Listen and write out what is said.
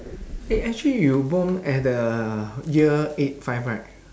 eh actually you born at the year eight five right